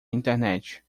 internet